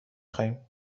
خواهیم